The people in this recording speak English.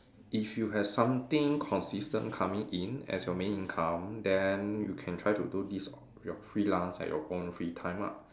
if you have something consistent coming in as your main income then you can try to do this your freelance at your own free time ah